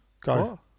go